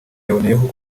yaboneyeho